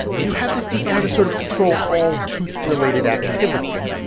you have this desire to sort of control all truth-related activities.